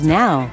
now